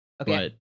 Okay